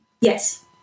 Yes